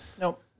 Nope